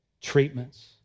treatments